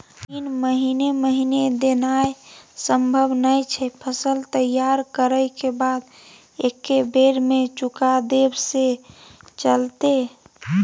ऋण महीने महीने देनाय सम्भव नय छै, फसल तैयार करै के बाद एक्कै बेर में चुका देब से चलते?